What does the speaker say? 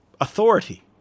authority